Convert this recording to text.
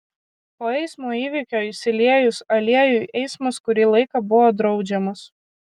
po eismo įvykio išsiliejus aliejui eismas kurį laiką buvo draudžiamas